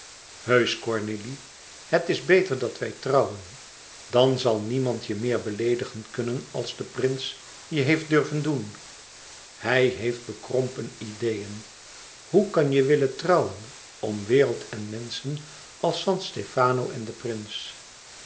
heusch cornélie het is beter dat wij trouwen dan zal niemand je meer beleedigen kunnen als de prins je heeft durven doen hij heeft bekrompen ideeën hoe kan je willen trouwen om wereld en menschen als san stefano en den prins